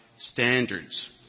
Standards